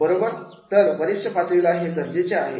बरोबर तर वरिष्ठ पातळीला हे गरजेचे आहे